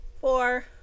four